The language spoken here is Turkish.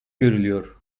görülüyor